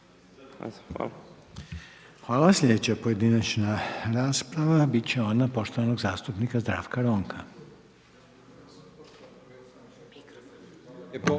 Hvala. Sljedeća pojedinačna rasprava biti će ona poštovanog zastupnika Zdravka Ronka.